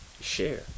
Share